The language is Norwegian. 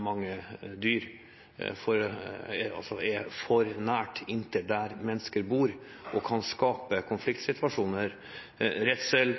mange dyr er for nært inntil der mennesker bor, og kan skape konfliktsituasjoner, redsel